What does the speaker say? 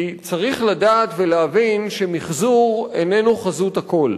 כי צריך לדעת ולהבין שמיחזור איננו חזות הכול.